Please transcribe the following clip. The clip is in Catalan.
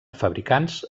fabricants